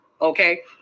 Okay